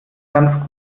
ganz